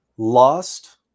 Lost